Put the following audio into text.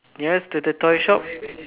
nearest to the toy shop